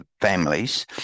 families